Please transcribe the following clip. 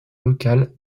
locale